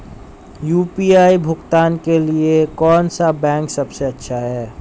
UPI भुगतान के लिए कौन सा बैंक सबसे अच्छा है?